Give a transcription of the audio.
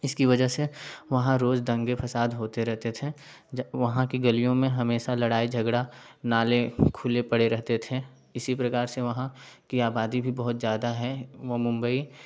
इसक वजह से वहाँ रोज़ दंगे फसाद होते रहते थे ज वहाँ कि गलियों में हमेशा लड़ाई झगड़ा नाले खुले पड़े रहते थे इसी प्रकार से वहाँ कि आबादी भी बहुत ज़्यादा है वह मुंबई